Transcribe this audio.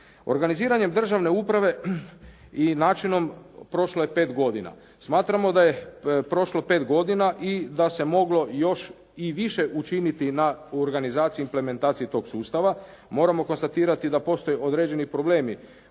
Organiziranjem državne uprave i načinom prošlo je 5 godina, smatramo da je prošlo 5 godina i da se moglo još i više učiniti na organizaciji u implementaciji toga sustava. Moramo konstatirati da postoji određeni problemi